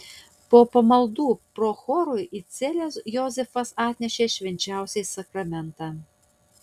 po pamaldų prochorui į celę josifas atnešė švenčiausiąjį sakramentą